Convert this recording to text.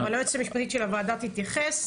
אבל היועצת המשפטית של הוועדה תתייחס.